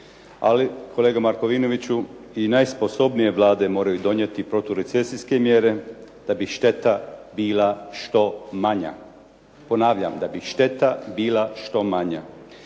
Ali kolega Markovinoviću i najsposobnije vlade moraju donijeti proturecesijske mjere da bi šteta bila što manja. Ponavljam, da bi šteta bila što manja.